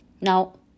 Now